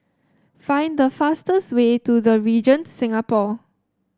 find the fastest way to The Regent Singapore